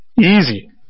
easy